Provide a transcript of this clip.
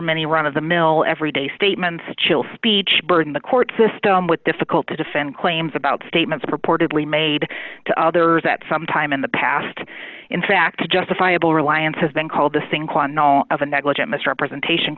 many run of the mill every day statements chill speech burn the court system with difficult to defend claims about statements purportedly made to others at some time in the past in fact justifiable reliance has been called the thing qua non of a negligent misrepresentation